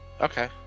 Okay